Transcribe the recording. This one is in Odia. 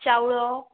ଚାଉଳ